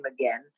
again